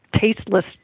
tasteless